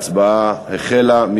ההצבעה החלה.